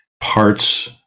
parts